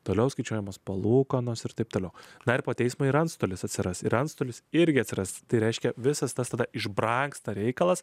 toliau skaičiuojamos palūkanos ir taip toliau dar po teismo ir antstolis atsiras ir antstolis irgi atras tai reiškia visas tas tada iš brangsta reikalas